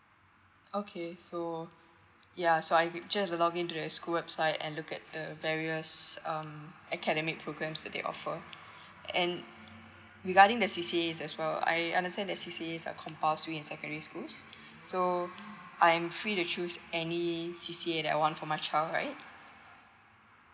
okay so ya so I just have to login to the school website and look at the varies um academic programs that they offer and regarding the C_C_A as well I understand that C_C_A is a compulsory in secondary schools so I'm free to choose any C_C_A that I want for my child right